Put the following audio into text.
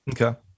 Okay